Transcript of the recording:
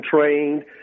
trained